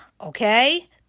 Okay